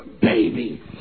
baby